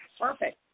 Perfect